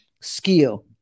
skill